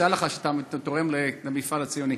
תדע לך שאתה תורם למפעל הציוני.